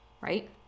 right